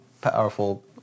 powerful